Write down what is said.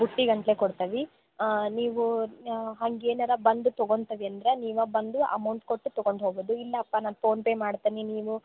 ಬುಟ್ಟಿ ಗಟ್ಲೆ ಕೊಡ್ತೇವಿ ನೀವು ಹಂಗೇನಾರ ಬಂದು ತಗೋತೇವಿ ಅಂದರೆ ನೀವೇ ಬಂದು ಅಮೌಂಟ್ ಕೊಟ್ಟು ತಗೊಂಡು ಹೊಗೋದು ಇಲ್ಲಪ್ಪ ನಾನು ಫೋನ್ಪೇ ಮಾಡ್ತೇನಿ ನೀವು